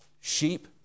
Sheep